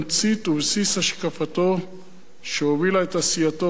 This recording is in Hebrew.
השקפתו שהובילה את עשייתו רבת השנים.